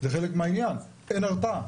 זה חלק מהעניין: אין הרתעה.